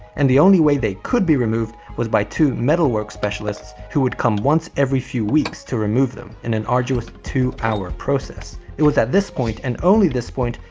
and the only way they could be removed was by two metalwork specialists who would come once every few weeks to remove them in an arduous two hour process. it was at this point, and only this point,